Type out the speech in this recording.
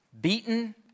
beaten